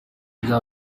bya